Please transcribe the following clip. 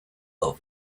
over